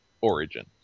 origin